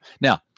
Now